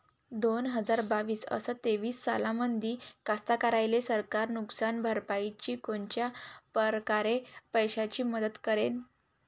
दोन हजार बावीस अस तेवीस सालामंदी कास्तकाराइले सरकार नुकसान भरपाईची कोनच्या परकारे पैशाची मदत करेन?